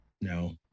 no